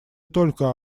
только